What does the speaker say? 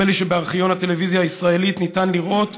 נדמה לי שבארכיון הטלוויזיה הישראלית ניתן לראות.